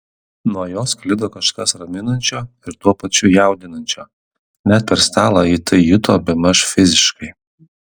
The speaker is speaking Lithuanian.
nuo jo sklido kažkas raminančio ir tuo pačiu jaudinančio net per stalą ji tai juto bemaž fiziškai